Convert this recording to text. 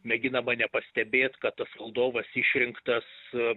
mėginama nepastebėt kad tas valdovas išrinktas